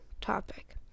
topic